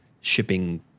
shipping